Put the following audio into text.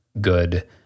good